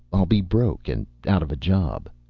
i'll be broke and out of a job.